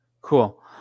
cool